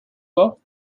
pas